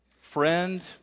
friend